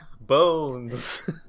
Bones